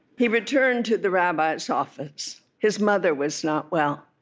he returned to the rabbi's office. his mother was not well.